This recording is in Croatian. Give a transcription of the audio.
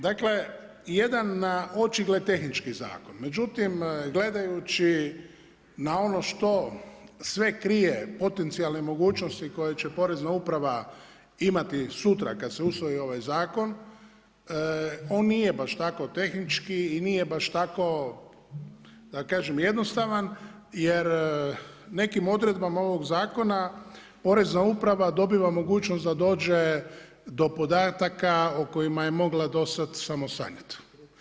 Dakle jedan na očigled zakon međutim gledajući na ono što sve krije potencijalne mogućnosti koje će porezna uprava imat i sutra kada se usvoji ovaj zakon on nije baš tako tehnički i nije baš tako da kažem jednostavan jer nekim odredbama ovoga zakona porezna uprava dobiva mogućnost da dođe do podataka o kojima je mogla do sada samo sanjati.